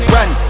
Run